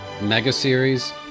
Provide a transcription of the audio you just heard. mega-series